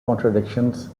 contradictions